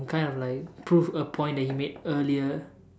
kind of like prove a point that he made earlier